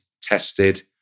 tested